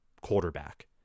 quarterback